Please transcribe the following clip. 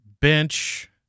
bench